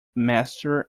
master